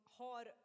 har